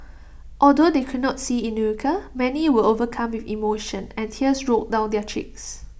although they could not see Inuka many were overcome with emotion and tears rolled down their cheeks